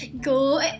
Go